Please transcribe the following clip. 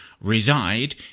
reside